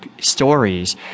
stories